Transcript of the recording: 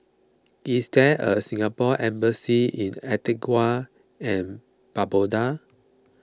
is there a Singapore Embassy in Antigua and Barbuda